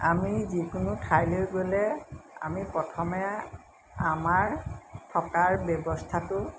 আমি যিকোনো ঠাইলৈ গ'লে আমি প্ৰথমে আমাৰ থকাৰ ব্যৱস্থাটো